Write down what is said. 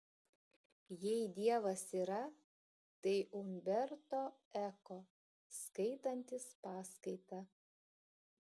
jei dievas yra tai umberto eko skaitantis paskaitą